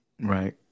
Right